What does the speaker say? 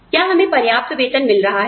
क्या हमें पर्याप्त वेतन मिल रहा है